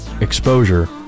exposure